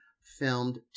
filmed